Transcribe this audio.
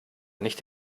nicht